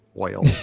oil